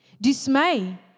Dismay